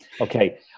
Okay